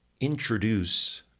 introduce